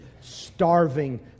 starving